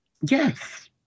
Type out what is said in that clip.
Yes